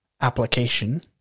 application